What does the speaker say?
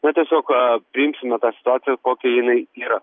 na tiesiog priimsime tą situaciją kokia jinai yra